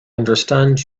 understand